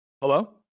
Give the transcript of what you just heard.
Hello